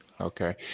Okay